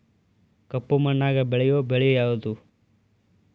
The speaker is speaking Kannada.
ಕಪ್ಪು ಮಣ್ಣಾಗ ಬೆಳೆಯೋ ಬೆಳಿ ಯಾವುದು?